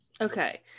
okay